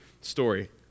story